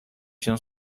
cię